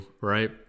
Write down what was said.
right